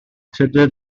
tudur